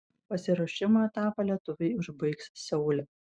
pasiruošimo etapą lietuviai užbaigs seule